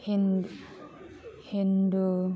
Hindu